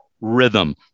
rhythm